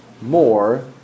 more